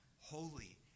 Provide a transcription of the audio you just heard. holy